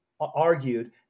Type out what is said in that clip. Argued